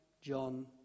John